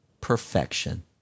perfection